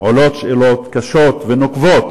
עולות שאלות קשות ונוקבות,